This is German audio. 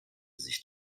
sich